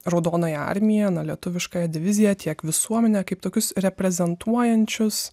raudonąją armiją na lietuviškąją diviziją tiek visuomenę kaip tokius reprezentuojančius